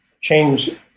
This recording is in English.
change